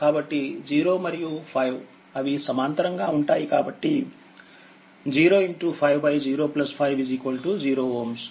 కాబట్టి 0మరియు5అవి సమాంతరంగా ఉంటాయికాబట్టి 0505 0Ω